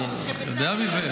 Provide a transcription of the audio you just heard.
זה.